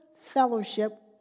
fellowship